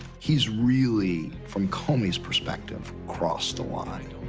he's really, from comey's perspective, crossed the line.